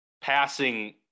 passing